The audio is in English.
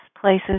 places